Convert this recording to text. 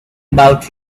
about